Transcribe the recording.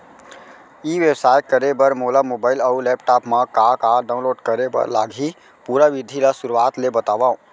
ई व्यवसाय करे बर मोला मोबाइल अऊ लैपटॉप मा का का डाऊनलोड करे बर लागही, पुरा विधि ला शुरुआत ले बतावव?